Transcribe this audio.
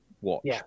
watch